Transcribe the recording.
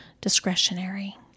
discretionary